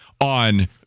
on